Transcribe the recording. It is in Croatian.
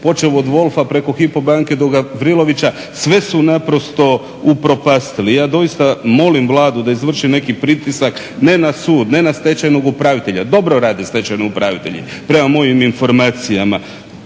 počev od Wolfa preko HYPO banke do Gavrilovića sve su naprosto upropastili. Ja doista molim Vladu da izvrši neki pritisak ne na sud ne na stečajnog upravitelja, dobro radi stečajni upravitelji prema mojim informacijama.